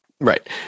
Right